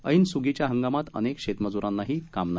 ऐनसूगीच्या हंगामात अनेक शेतमज्रांनाही काम नाही